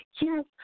Yes